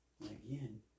again